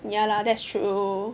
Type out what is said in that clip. ya lah that's true